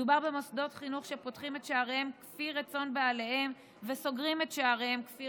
מדובר במוסדות חינוך שפותחים את שעריהם כפי